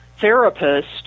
therapist